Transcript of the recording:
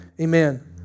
Amen